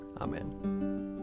Amen